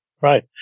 Right